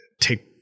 take